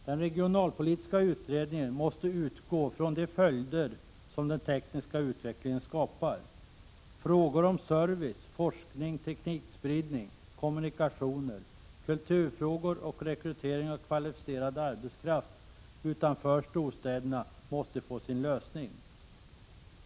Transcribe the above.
Den regionalpolitiska utredningen måste utgå från de följder som den tekniska utvecklingen skapar. Frågor om service, forskning, teknikspridning, kommunikationer, kultur och rekrytering av kvalificerad arbetskraft utanför storstäderna måste få sin lösning.